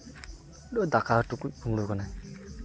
ᱩᱱᱤ ᱫᱚ ᱫᱟᱠᱟ ᱴᱩᱠᱩᱡ ᱠᱩᱢᱲᱩ ᱠᱟᱱᱟᱭ